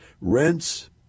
Rents